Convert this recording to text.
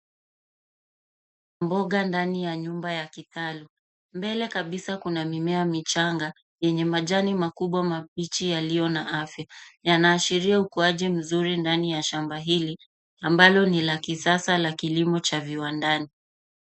Mboga ndani ya nyumba ya kitalu. Mbele kabisa kuna mimea michanga yenye majani makubwa mabichi yaliyo na afya yanaashiria ukuaji mzuri ndani ya shamba hili ambalo ni la kisasa la kilimo cha viwandani.